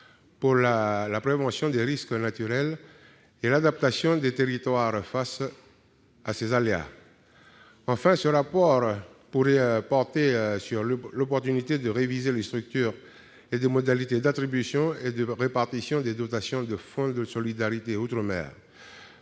à la prévention des risques naturels et à l'adaptation des territoires aux aléas climatiques. Enfin, ce rapport pourrait porter sur l'opportunité de réviser la structure et les modalités d'attribution et de répartition des dotations du Fonds de solidarité outre-mer,